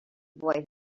boy